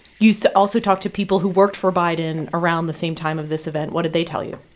you so also talked to people who worked for biden around the same time of this event. what did they tell you?